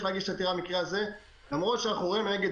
להגיש עתירה במקרה הזה אף על פי שאנחנו רואים לנגד